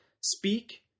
Speak